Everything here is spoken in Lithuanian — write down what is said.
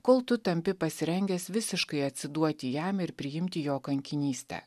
kol tu tampi pasirengęs visiškai atsiduoti jam ir priimti jo kankinystę